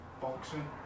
boxing